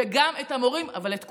וגם את המורים, אבל את כולם.